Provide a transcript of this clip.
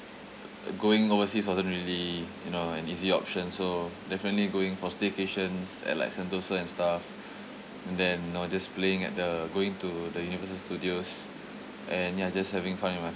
going overseas wasn't really you know an easy option so definitely going for staycations at like sentosa and stuff and then know just playing at the going to the universal studios and ya just having fun with my